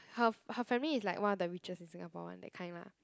her her family is like one of the richest in Singapore one that kind lah